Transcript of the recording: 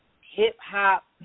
hip-hop